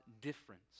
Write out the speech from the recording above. difference